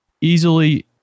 easily